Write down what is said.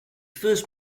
first